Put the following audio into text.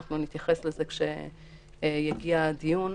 נתייחס לזה כשיגיע הדיון.